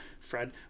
fred